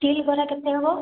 steel ଗରା କେତେ ହେବ